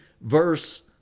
verse